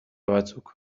batzuk